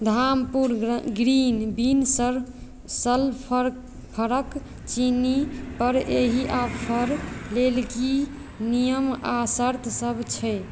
Dhampur green बिन सल sulphur फरक चीनीपर एहि ऑफर लेल की की नियम आ शर्तसभ छै